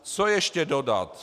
Co ještě dodat?